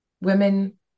women